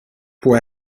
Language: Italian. può